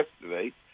yesterday